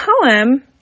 poem